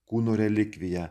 kūno relikviją